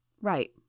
Right